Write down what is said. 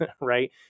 right